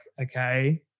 okay